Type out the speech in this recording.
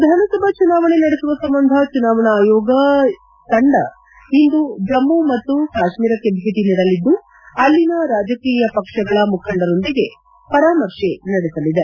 ವಿಧಾನಸಭಾ ಚುನಾವಣೆ ನಡೆಸುವ ಸಂಬಂಧ ಚುನಾವಣಾ ಆಯೋಗದ ತಂಡ ಇಂದು ಜಮ್ಮ ಮತ್ತು ಕಾತ್ಮೀರಕ್ಕೆ ಭೇಟಿ ನೀಡಲಿದ್ದು ಅಲ್ಲಿನ ರಾಜಕೀಯ ಪಕ್ಷಗಳ ಮುಖಂಡರೊಂದಿಗೆ ಪರಾಮರ್ತೆ ನಡೆಸಲಿದೆ